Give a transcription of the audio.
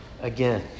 again